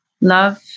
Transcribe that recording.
Love